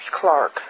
Clark